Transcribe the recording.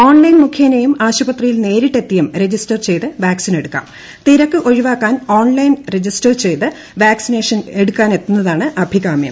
online മുഖേനയും ആശുപത്രിയിൽ നേരിട്ടെത്തിയും രജിസ്റ്റർ തിരക്ക് ഒഴിവാക്കാൻ ഓൺലൈൻ രജിസ്റ്റർ ചെയ്ത് വാക് സിനെടുക്കാൻ എത്തുന്നതാണ് അഭികാമ്യം